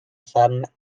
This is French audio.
femme